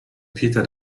peter